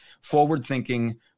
forward-thinking